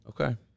Okay